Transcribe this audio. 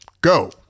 Go